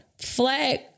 Flag